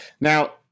Now